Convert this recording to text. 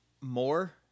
more